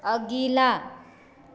अगिला